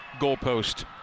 goalpost